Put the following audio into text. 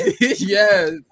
yes